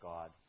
God